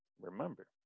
remember